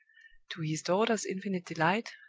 to his daughter's infinite delight,